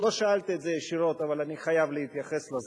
לא שאלת את זה ישירות אבל אני חייב להתייחס לזה,